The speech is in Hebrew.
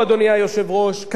דחו הפלסטינים,